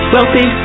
Wealthy